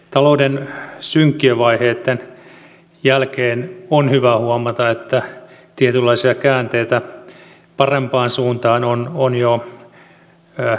talouden synkkien vaiheitten jälkeen on hyvä huomata että tietynlaisia käänteitä parempaan suuntaan on jo näkyvissä